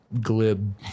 glib